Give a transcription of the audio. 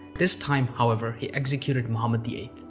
this time, however, he executed muhammad viii.